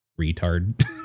retard